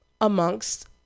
amongst